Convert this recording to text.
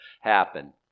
happen